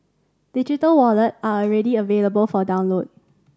digital wallet are already available for download